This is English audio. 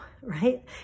right